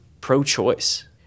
pro-choice